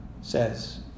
says